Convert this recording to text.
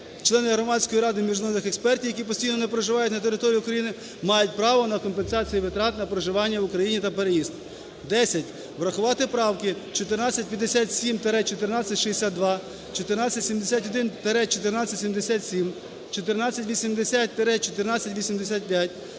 Члени Громадської ради міжнародних експертів, які постійно не проживають на території України, мають право на компенсацію витрат на проживання в Україні та переїзд". Десять. Врахувати правки 1457-1462, 1471-1477, 1480-1485,